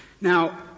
Now